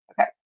Okay